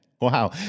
Wow